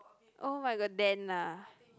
oh-my-god dent lah